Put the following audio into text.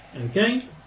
okay